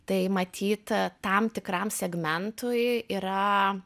tai matyta tam tikram segmentui yra